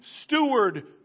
steward